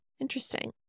Interesting